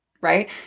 right